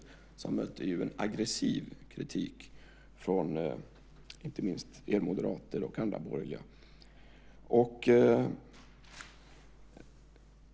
Vi mötte en aggressiv kritik från inte minst er moderater och andra borgerliga.